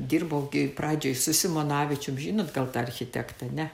dirbau gi pradžiai su simonavičium žinot gal tą architektą ne